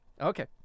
Okay